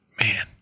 man